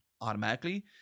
automatically